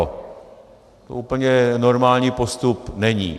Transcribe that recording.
To úplně normální postup není.